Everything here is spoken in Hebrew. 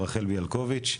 רחל ביאלקוביץ',